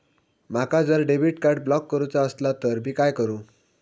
माका जर debit card block करूचा असला तर मी काय करू?